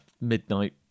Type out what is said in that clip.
midnight